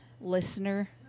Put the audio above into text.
listener